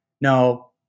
no